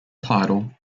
title